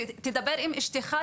תדבר עם אשתך,